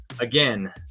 again